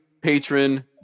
patron